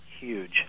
huge